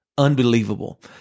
unbelievable